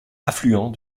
affluent